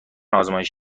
آزمایش